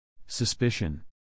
Suspicion